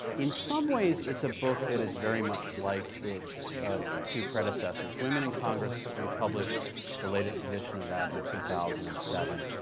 in some ways, it's a book that is very much like its two predecessors. women in congress, we published the latest edition of that in two thousand and seven,